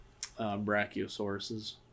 Brachiosauruses